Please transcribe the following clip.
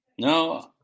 No